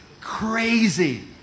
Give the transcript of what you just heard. crazy